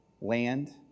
land